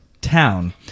town